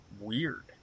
weird